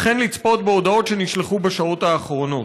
וכן לצפות בהודעות שנשלחו בשעות האחרונות.